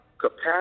capacity